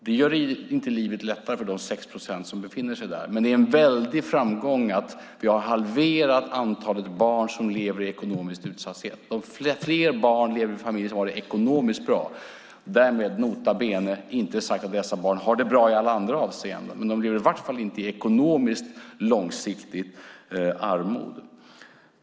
Det gör inte livet lättare för de 6 procent som befinner sig där, men det är en väldig framgång att vi har halverat antalet barn som lever i ekonomisk utsatthet. Fler barn lever i familjer som har det ekonomiskt bra. Därmed, nota bene, inte sagt att dessa barn har det bra i alla andra avseenden, men de lever i alla fall inte i ekonomiskt långsiktigt armod.